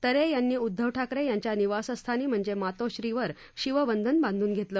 तरे यांनी उद्धव ठाकरे यांच्या निवासस्थानी म्हणजेच मातोश्रीवर शिवबंधन बांधून घेतले